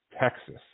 Texas